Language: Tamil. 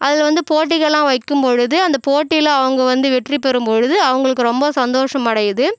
அதில் வந்து போட்டிகளெலாம் வக்கும் பொழுது அந்த போட்டியில் அவங்க வந்து வெற்றி பெறும் பொழுது அவங்களுக்கு ரொம்ப சந்தோஷம் அடையுது